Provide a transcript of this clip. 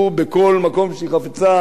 באוהל, בצריף, בבית,